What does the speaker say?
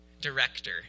director